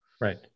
right